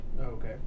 Okay